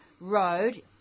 Road